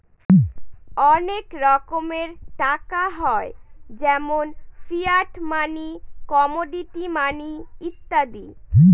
অনেক রকমের টাকা হয় যেমন ফিয়াট মানি, কমোডিটি মানি ইত্যাদি